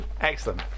Excellent